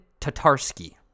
Tatarsky